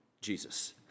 Jesus